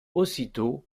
aussitôt